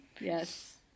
yes